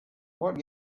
what